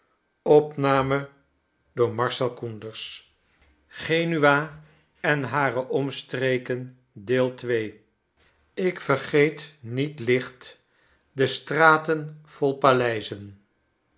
zon ik vergeet niet licht de straten vol paleizen